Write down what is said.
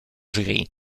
jury